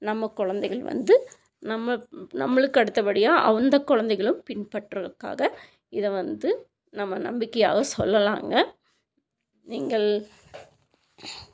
நம்ம குழந்தைகள் வந்து நம்ம நம்மளுக்கு அடுத்தபடியாக அந்த குழந்தைகளும் பின்பற்றுவததுக்காக இதை வந்து நம்ம நம்பிக்கையாக சொல்லலாங்க நீங்கள்